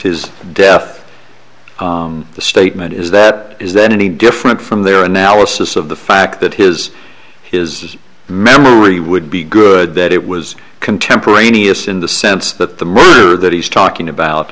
his death the statement is that is that any different from their analysis of the fact that his his memory would be good that it was contemporaneous in the sense that the murderer that he's talking about